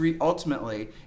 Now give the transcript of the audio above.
ultimately